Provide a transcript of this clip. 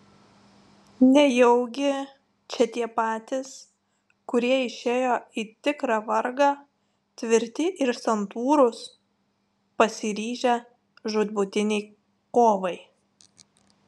nejaugi čia tie patys kurie išėjo į tikrą vargą tvirti ir santūrūs pasiryžę žūtbūtinei kovai